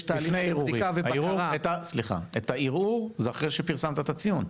לפני הערעורים, הערעור זה אחרי שפרסמת את הציון.